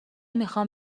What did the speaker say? میخوام